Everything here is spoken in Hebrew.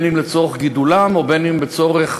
אם לצורך גידולם ואם לצורך